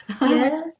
Yes